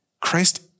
Christ